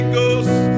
Ghost